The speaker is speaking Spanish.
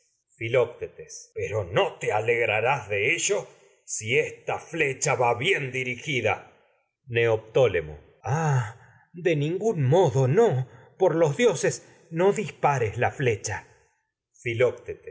bien pero no te alegrarás de ello si esta va dirigida neoptólemo ah de ningún modo no por los dioses dispares la flecha